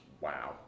Wow